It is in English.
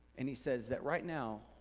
and he says that right now,